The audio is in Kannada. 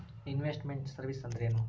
ಇನ್ವೆಸ್ಟ್ ಮೆಂಟ್ ಸರ್ವೇಸ್ ಅಂದ್ರೇನು?